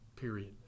Period